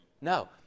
No